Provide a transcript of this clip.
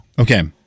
Okay